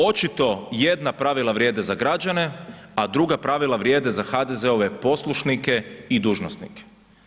Očito jedna pravila vrijede za građane a druga pravila vrijede za HDZ-ove poslušnike i dužnosnike.